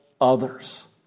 others